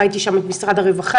ראיתי שם את משרד הרווחה,